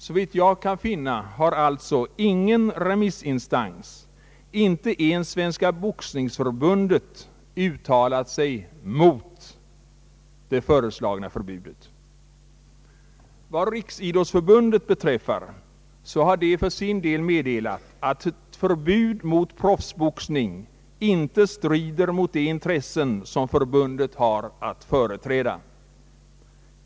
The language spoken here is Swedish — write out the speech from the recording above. Såvitt jag kan finna har alltså ingen remissinstans, inte ens Svenska boxningsförbundet, uttalat sig mot det föreslagna förbudet. Vad Riksidrottsförbundet beträffar har det för sin del meddelat att ett förbud mot proffsboxning inte strider mot de intressen som förbundet har att företräda.